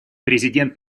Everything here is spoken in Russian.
президент